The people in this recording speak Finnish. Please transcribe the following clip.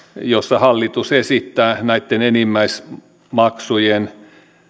jossa hallitus esittää näitten enimmäismaksujen